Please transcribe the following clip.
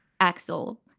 Axel